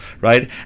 right